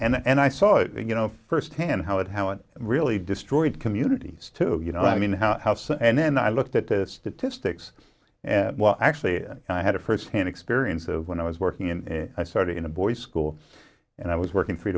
know and i saw it you know firsthand how it how it really destroyed communities to you know i mean how how so and then i looked at the statistics and actually i had a firsthand experience of when i was working in i started in a boys school and i was working three